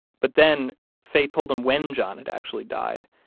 but then faye told him when john had actually died,